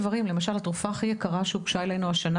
התרופה הכי יקרה שהוגשה אלינו השנה